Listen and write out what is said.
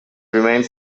remained